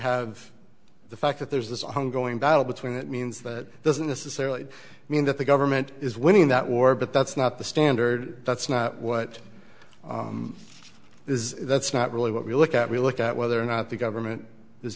have the fact that there's this ongoing battle between that means that doesn't necessarily mean that the government is winning that war but that's not the standard that's not what this is that's not really what we look at we look at whether or not the government